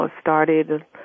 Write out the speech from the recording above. started